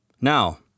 Now